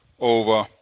over